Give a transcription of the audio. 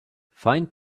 find